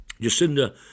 Jacinda